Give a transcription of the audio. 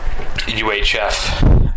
UHF